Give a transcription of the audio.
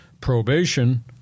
probation